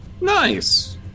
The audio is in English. Nice